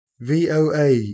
VOA